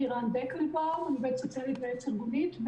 עובדת סוציאלית ויועצת ארגונית,